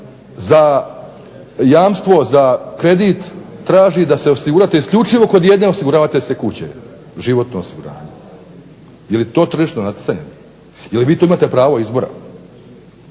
za jamstvo za kredit traži da se osigurate isključivo kod jedne osiguravateljske kuće, životno osiguranje. Je li to tržišno natjecanje? Je li vi to imate pravo izbora?